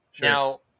Now